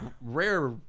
rare